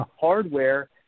hardware